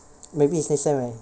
maybe is next sem eh